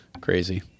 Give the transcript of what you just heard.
crazy